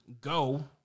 Go